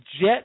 jet